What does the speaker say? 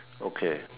okay